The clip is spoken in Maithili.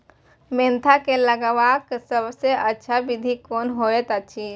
मेंथा के लगवाक सबसँ अच्छा विधि कोन होयत अछि?